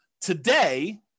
Today